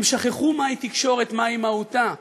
הם שכחו מהי תקשורת, מהי מהותה.